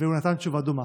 ונתן תשובה דומה,